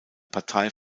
partei